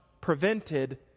prevented